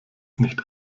nicht